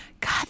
God